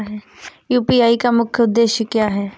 UPI का मुख्य उद्देश्य क्या है?